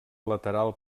lateral